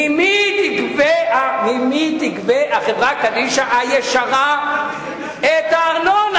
ממי היא תגבה החברה הקדישא הישרה את הארנונה?